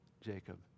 Jacob